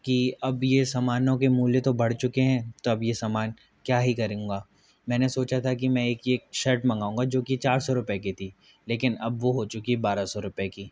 कि अब ये समानों के मूल्य तो बढ़ चुके है तब ये समान क्या ही करूँगा मैंने सोचा था कि मैं ये एक सर्ट मंगाऊँगा जो कि चार सौ रुपये की थी लेकिन अब वो हो चुकी है बारह सौ रुपेय की